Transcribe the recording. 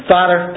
Father